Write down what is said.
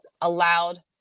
allowed